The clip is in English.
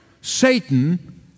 Satan